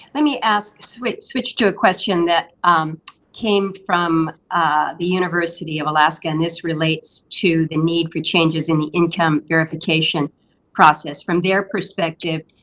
let me ask, switch switch to a question that came from the university of alaska and this relates to the need for changes in the income verification process. from their perspective,